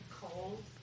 Cold